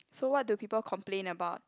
so what do people complain about